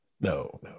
no